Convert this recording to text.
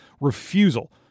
refusal